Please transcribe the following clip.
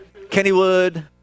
Kennywood